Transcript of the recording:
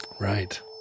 Right